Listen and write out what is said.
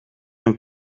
een